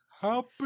Happy